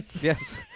Yes